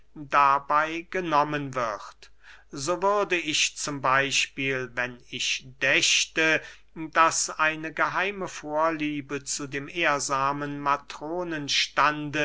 dabey genommen wird so würde ich z b wenn ich dächte daß eine geheime vorliebe zu dem ehrsamen matronenstande